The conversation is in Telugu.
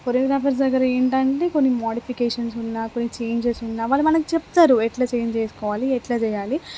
కొరియోగ్రాఫర్స్ దగ్గర ఏంటంటే కొన్ని మోడిఫికేషన్స్ ఉన్నా కొన్ని చేంజెస్ ఉన్నా వాళ్ళు మనకి చెప్తారు ఎట్లా చేంజ్ చేసుకోవాలి ఎట్లా చేయాలి